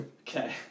Okay